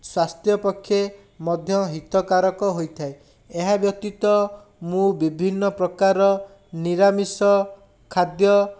ସ୍ଵାସ୍ଥ୍ୟ ପକ୍ଷେ ମଧ୍ୟ ହିତକାରକ ହୋଇଥାଏ ଏହାବ୍ୟତୀତ ମୁଁ ବିଭିନ୍ନ ପ୍ରକାର ନିରାମିଷ ଖାଦ୍ୟ